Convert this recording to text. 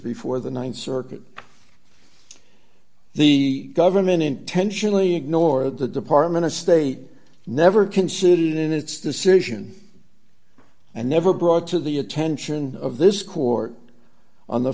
before the th circuit the government intentionally ignore the department of state never considered in its decision and never brought to the attention of this court